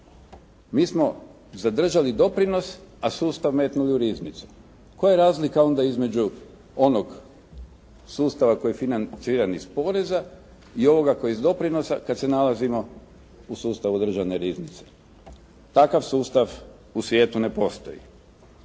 Mi smo zadržali doprinos, a sustav metnuli u riznicu. Koja je razlika onda između onog sustava koji je financiran iz poreza i ovoga koji je iz doprinosa kad se nalazimo u sustavu državne riznice? Takav sustav u svijetu ne postoji.